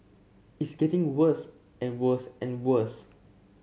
it's getting worse and worse and worse